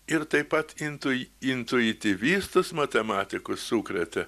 ir taip pat intui intuityvistus matematikus sukrėtė